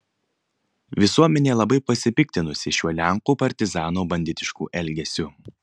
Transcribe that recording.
visuomenė labai pasipiktinusi šiuo lenkų partizanų banditišku elgesiu